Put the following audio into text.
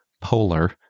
polar